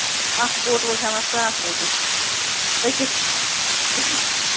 آچھا اَکھ بوٹ وول ہٮ۪وان ساس رۄپیہِ أکِس أکِس